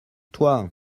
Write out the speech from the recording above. toi